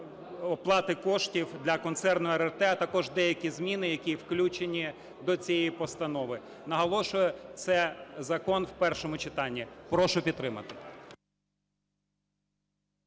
оплати коштів для Концерну "РРТ", а також деякі зміни, які включені до цієї постанови. Наголошую, це закон в першому читанні. Прошу підтримати.